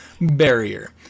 barrier